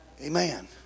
Amen